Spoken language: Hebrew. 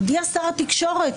הודיע שר התקשורת,